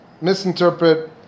Misinterpret